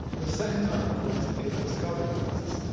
the second type of quest is discovery quests,